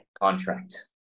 contract